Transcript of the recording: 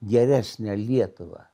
geresnę lietuvą